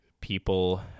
people